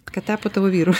kad tapo tavo vyru